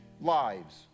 lives